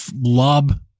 lob